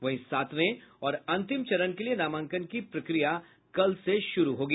वहीं सातवें और अंतिम चरण के लिये नामांकन की प्रक्रिया कल से शुरू होगी